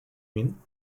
mean